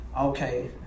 okay